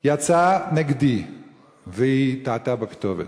יצאה נגדי והיא טעתה בכתובת.